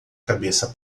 cabeça